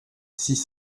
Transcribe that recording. six